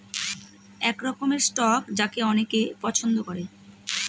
এক রকমের স্টক যাকে অনেকে পছন্দ করে